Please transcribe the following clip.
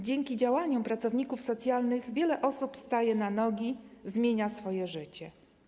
Dzięki działaniom pracowników socjalnych wiele osób staje na nogi i zmienia swoje życie.